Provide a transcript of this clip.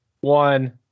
one